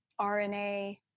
RNA